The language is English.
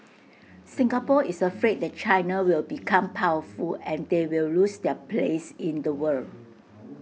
Singapore is afraid that China will become powerful and they will lose their place in the world